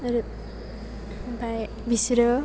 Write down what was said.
आरो ओमफ्राय बिसोरो